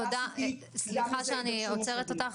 תודה, סליחה שאני עוצרת אותך.